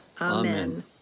Amen